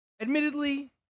Admittedly